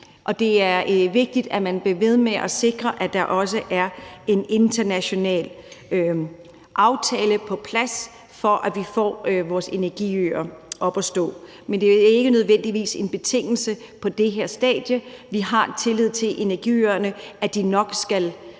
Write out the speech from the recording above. det er vigtigt, at man bliver ved med at sikre, at der også er en international aftale på plads, for at vi får vores energiøer op at stå. Men det er jo ikke nødvendigvis en betingelse på det her stadie. Vi har tillid til, at energiøerne nok skal